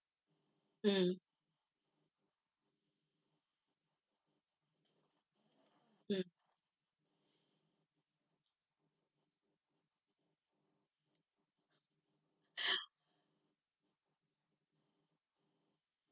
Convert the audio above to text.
mm mm